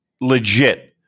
legit